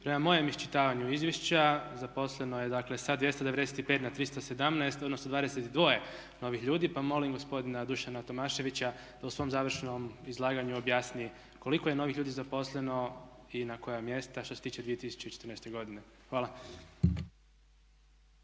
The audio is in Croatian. prema mojem iščitavanju izvješća zaposleno je dakle sa 295 na 317, odnosno 22 novih ljudi, pa molim gospodina Dušana Tomaševića da u svom završnom izlaganju objasni koliko je novih ljudi zaposleno i na koja mjesta što se tiče 2014.godine. Hvala.